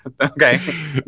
okay